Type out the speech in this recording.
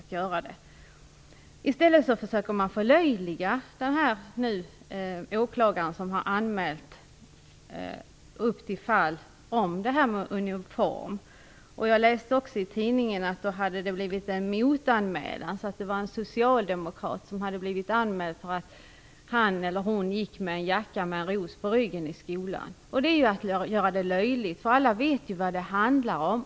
Man försöker i stället förlöjliga den åklagare som anmält fall om uniform. Jag läste i tidningen att en socialdemokrat hade blivit anmäld för att han eller hon bar en jacka med en ros på ryggen. Det är ju att förlöjliga. Alla vet vad det handlar om.